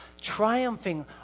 triumphing